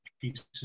pieces